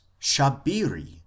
Shabiri